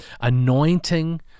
anointing